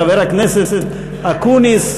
חבר הכנסת אקוניס,